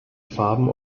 farben